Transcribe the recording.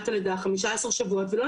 היא זכאית עכשיו לצאת ולמשוך את הכספים.